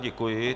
Děkuji.